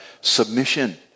submission